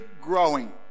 growing